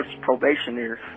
probationers